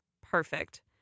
perfect